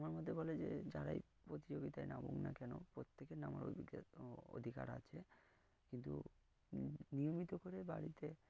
আমার মতে বলে যে যারাই প্রতিযোগিতায় নামুক না কেন প্রত্যেকের নামার অ অধিকার আছে কিন্তু নিয়মিত করে বাড়িতে